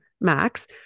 Max